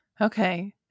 okay